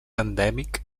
endèmic